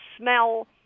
smell